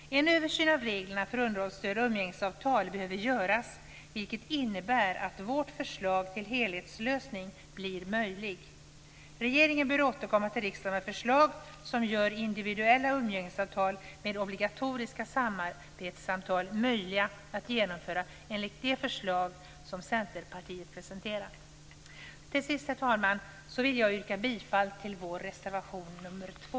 En översyn av reglerna för underhållsstöd och umgängesavtal behöver göras, vilket innebär att vårt förslag till helhetslösning blir möjligt. Regeringen bör återkomma till riksdagen med förslag som gör individuella umgängesavtal med obligatoriska samarbetssamtal möjliga att genomföra enligt det förslag som Centerpartiet har presenterat. Till sist, herr talman, vill jag yrka bifall till vår reservation nr 2.